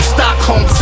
Stockholm